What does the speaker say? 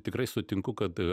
tikrai sutinku kad